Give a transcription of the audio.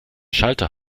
schalter